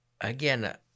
Again